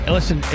Listen